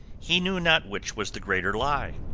he knew not which was the greater lie.